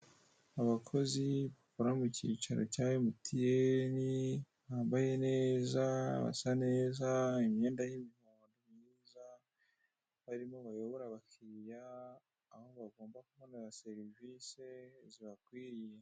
Abakozi bakora mu cyicaro cya MTN, bambaye neza, basa neza imyenda y'umuhondo myiza, barimo bayobora abakiriya aho bagomba kubonera serivisi zibakwiriye.